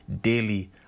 Daily